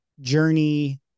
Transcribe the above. journey